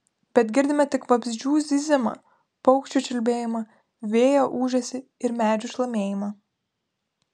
bet girdime tik vabzdžių zyzimą paukščių čiulbėjimą vėjo ūžesį ir medžių šlamėjimą